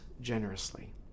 generously